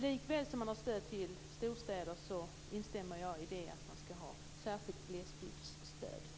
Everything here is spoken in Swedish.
Likaväl som man har stöd till storstäder instämmer jag i att man skall ha särskilt glesbygdsstöd.